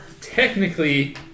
Technically